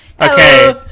Okay